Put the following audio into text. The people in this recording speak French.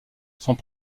sont